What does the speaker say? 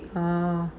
orh